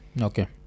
Okay